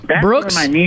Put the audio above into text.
Brooks